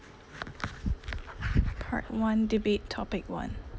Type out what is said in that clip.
part one debate topic one